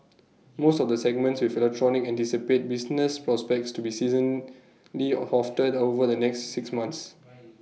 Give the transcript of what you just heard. most of the segments within electronics anticipate business prospects to be seasonally of over the next six months